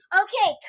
okay